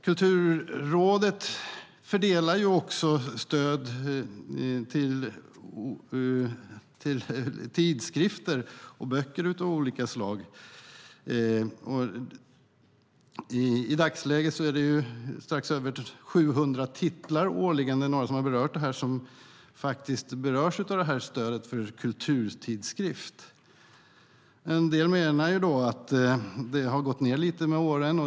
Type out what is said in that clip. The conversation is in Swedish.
Kulturrådet fördelar också stöd till tidskrifter och böcker av olika slag. I dagsläget är det strax över 700 titlar årligen. Det är några som har berört det här som faktiskt berörs av stödet till kulturtidskrift. En del menar att det har gått ned lite med åren.